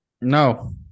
No